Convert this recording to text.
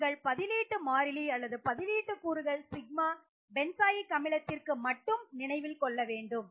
நீங்கள் பதிலீட்டு மாறிலி அல்லது பதிலீட்டு கூறுகள் σ பற்றி நினைக்கும் போது பென்சாயிக் அமிலத்திற்கு மட்டும் நினைவில் கொள்ள வேண்டும்